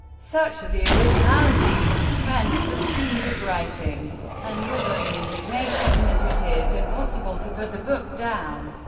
such the originality, the suspense, the speed of writing and withering indignation that it is impossible to put the book down.